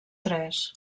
tres